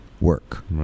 work